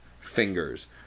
Fingers